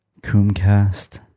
comcast